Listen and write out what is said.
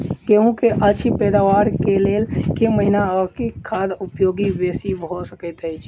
गेंहूँ की अछि पैदावार केँ लेल केँ महीना आ केँ खाद उपयोगी बेसी भऽ सकैत अछि?